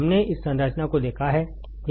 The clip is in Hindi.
हमने इस संरचना को क्या देखा है